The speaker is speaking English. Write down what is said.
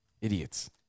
idiots